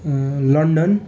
London